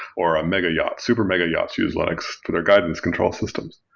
or a mega yacht, super mega yachts use linux to their guidance control systems.